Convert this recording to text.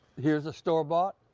here is a store-bought,